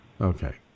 okay